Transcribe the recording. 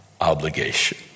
obligation